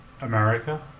America